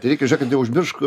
tai reikia žiūrėk kad neužmiršk